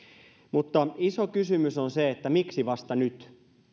mutta iso kysymys on se miksi vasta nyt